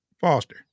Foster